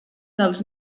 dels